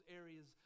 areas